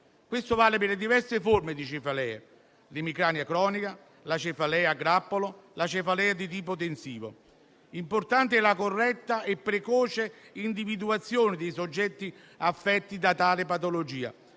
Questo vale per le diverse forme di cefalea: l'emicrania cronica, la cefalea a grappolo, la cefalea di tipo tensivo. L'importante è la corretta e precoce individuazione dei soggetti affetti da tale patologia,